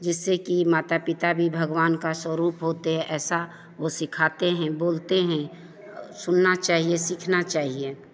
जैसे कि माता पिता भी भगवान का स्वरूप होते हैं ऐसा वो सिखाते हैं बोलते हैं सुनना चाहिए सीखना चाहिए